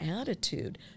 attitude